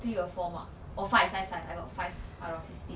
three or four marks or five five five I got five out of fifteen